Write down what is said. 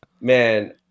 man